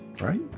Right